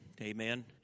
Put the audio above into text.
amen